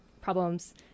problems